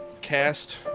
Cast